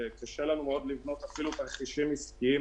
וקשה לנו מאוד לבנות אפילו תרחישים עסקיים